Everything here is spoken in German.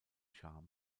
charme